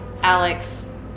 Alex